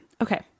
Okay